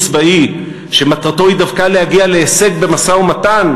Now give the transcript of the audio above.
צבאי שמטרתו היא דווקא להגיע להישג במשא-ומתן,